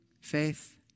faith